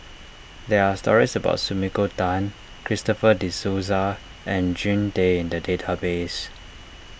there are stories about Sumiko Tan Christopher De Souza and Jean Tay in the database